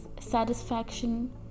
satisfaction